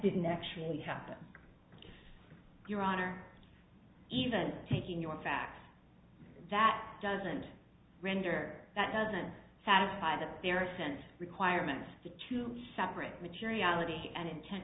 didn't actually happen your honor even taking your facts that doesn't render that doesn't satisfy that there since requirements to separate materiality and intent